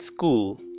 school